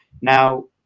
Now